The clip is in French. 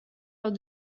lors